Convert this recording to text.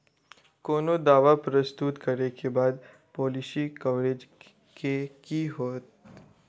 कोनो दावा प्रस्तुत करै केँ बाद पॉलिसी कवरेज केँ की होइत?